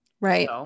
Right